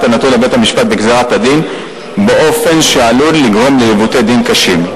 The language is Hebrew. הנתון לבית-המשפט בגזירת הדין באופן שעלול לגרום לעיוותי דין קשים.